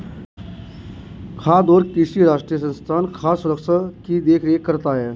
खाद्य और कृषि राष्ट्रीय संस्थान खाद्य सुरक्षा की देख रेख करता है